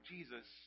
Jesus